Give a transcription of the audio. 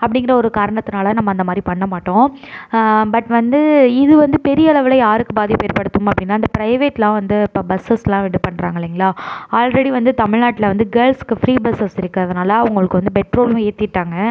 அப்படிங்கிற ஒரு காரணதினால நம்ம அந்தமாதிரி பண்ண மாட்டோம் பட் வந்து இது வந்து பெரியளவில் யாருக்கு பாதிப்பு ஏற்படுத்தும் அப்படினால் இந்த ப்ரைவேட்லாம் வந்து இப்போ பஸ்ஸஸ்லாம் இது பண்றாங்க இல்லைங்களா ஆல்ரெடி வந்து தமிழ்நாட்டில் வந்து கேள்சுக்கு ஃப்ரீ பஸ்ஸஸ் இருக்கிறதுனால அவங்களுக்கு வந்து பெட்ரோலும் ஏற்றிட்டாங்க